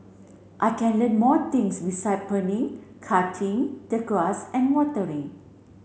I can learn more things beside pruning cutting the grass and watering